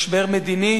משבר מדיני